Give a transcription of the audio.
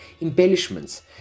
Embellishments